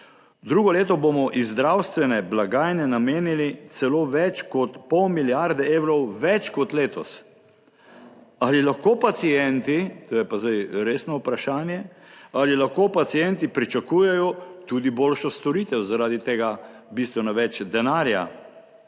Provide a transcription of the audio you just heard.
Drugo leto bomo iz zdravstvene blagajne namenili celo več kot pol milijarde evrov več kot letos. Ali lahko pacienti, to je pa zdaj resno vprašanje, ali lahko pacienti pričakujejo tudi boljšo storitev zaradi tega bistveno več denarja?